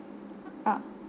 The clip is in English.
a